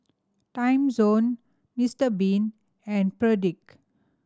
Timezone Mister Bean and Perdix